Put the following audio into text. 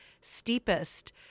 steepest